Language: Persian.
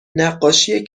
نقاشی